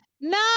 No